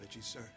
sir